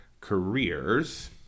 careers